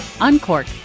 uncork